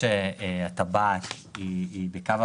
לקחת את כל הטבעות האלה ולסמן קילומטר מימין לטבעת וקילומטר משמאל